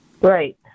Right